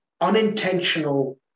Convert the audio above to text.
unintentional